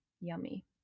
yummy